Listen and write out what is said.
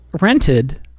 rented